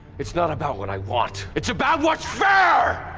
it's not about what i want. it's about what's fair?